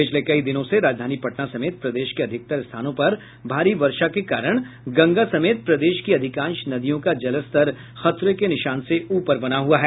पिछले कई दिनों से राजधानी पटना समेत प्रदेश के अधिकतर स्थानों पर भारी वर्षा के कारण गंगा समेत प्रदेश की अधिकांश नदियों का जलस्तर खतरे के निशान से ऊपर बना हुआ है